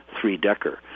three-decker